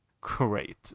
Great